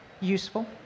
useful